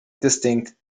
distinct